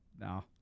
no